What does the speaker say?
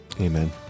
Amen